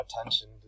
attention